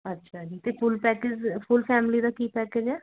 ਅੱਛਾ ਜੀ ਅਤੇ ਫੁੱਲ ਪੈਕਿਜ ਫੁਲ ਫੈਮਲੀ ਦਾ ਕੀ ਪੈਕੇਜ ਆ